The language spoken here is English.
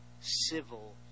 civil